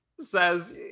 says